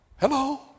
Hello